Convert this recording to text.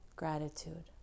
gratitude